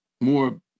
more